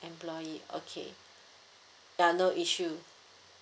employee okay ya no issue